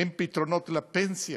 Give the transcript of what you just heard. אין פתרונות לפנסיה